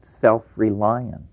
self-reliant